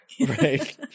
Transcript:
Right